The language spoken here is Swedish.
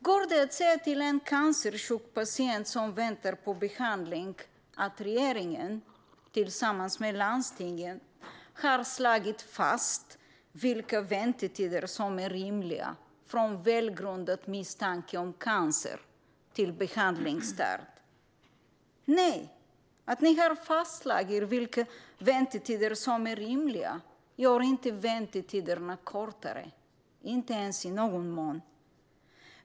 Går det att säga till en cancersjuk patient som väntar på behandling att regeringen tillsammans med landstingen har slagit fast vilka väntetider som är rimliga, från välgrundad misstanke om cancer till behandlingsstart? Nej! Att ni har fastslagit vilka väntetider som är rimliga gör inte väntetiderna kortare, inte i någon mån.